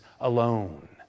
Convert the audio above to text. alone